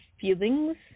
feelings